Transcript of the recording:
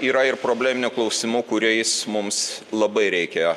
yra ir probleminių klausimų kuriais mums labai reikia